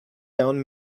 down